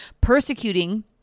persecuting